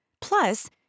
Plus